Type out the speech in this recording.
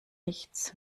nichts